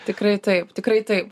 tikrai taip tikrai taip